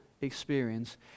experience